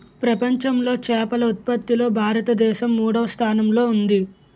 ప్రపంచంలో చేపల ఉత్పత్తిలో భారతదేశం మూడవ స్థానంలో ఉంది